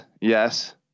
Yes